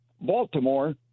Baltimore